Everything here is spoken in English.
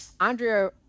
Andrea